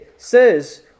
says